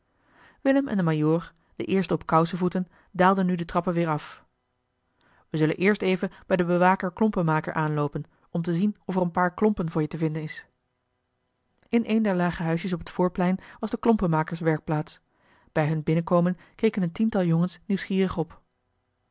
willem en de majoor de eerste op kousevoeten daalden nu de trappen weer af we zullen eerst even bij den bewaker klompenmaker aanloopen om te zien of er een paar klompen voor je te vinden is eli heimans willem roda in een der lage huisjes op het voorplein was de klompenmakers werkplaats bij hun binnenkomen keken een tiental jongens nieuwsgierig op